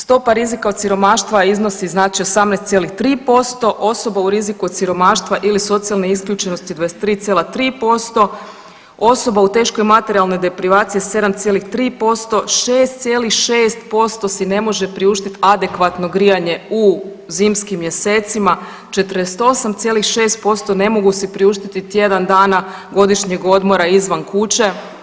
Stopa rizika od siromaštva iznosi 18,3% osoba u riziku od siromaštva ili socijalne isključenosti 23,3%, osoba u teškoj materijalnoj deprivaciji 7,3%, 6,6% si ne može priuštiti adekvatno grijanje u zimskim mjesecima, 48,6% ne mogu si priuštiti tjedan dana godišnjeg odmora izvan kuće.